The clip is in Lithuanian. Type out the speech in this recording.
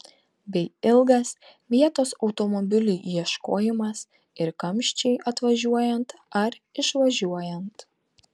bei ilgas vietos automobiliui ieškojimas ir kamščiai atvažiuojant ar išvažiuojant